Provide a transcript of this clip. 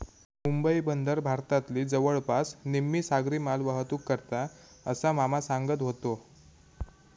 मुंबई बंदर भारतातली जवळपास निम्मी सागरी मालवाहतूक करता, असा मामा सांगत व्हतो